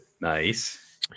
Nice